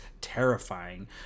terrifying